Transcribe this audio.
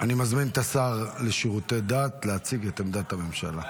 אני מזמין את השר לשירותי דת להציג את עמדת הממשלה.